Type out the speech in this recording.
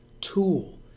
tool